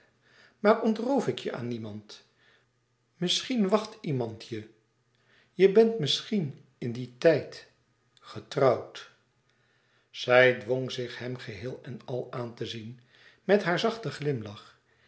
maar ontroof ik je aan niemand misschien wacht iemand je je bent misschien in dien tijd getrouwd zij dwong zich hem geheel en al aan te zien met haar zachten glimlach